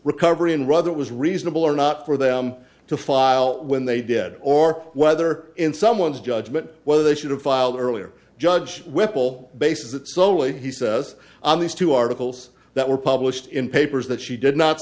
recovery and rather it was reasonable or not for them to file when they did or whether in someone's judgment whether they should have filed earlier judge whipple bases that slowly he says on these two articles that were published in papers that she did not